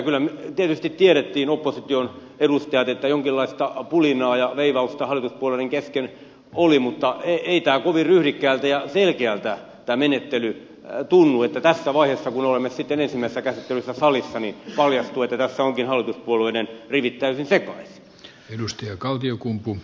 kyllä opposition edustajat tietysti tiesivät että jonkinlaista pulinaa ja veivausta hallituspuolueiden kesken oli mutta ei tämä kovin ryhdikkäältä ja selkeältä menettelyltä tunnu että tässä vaiheessa kun olemme sitten ensimmäisessä käsittelyssä salissa paljastuu että tässä ovatkin hallituspuolueiden rivit täysin sekaisin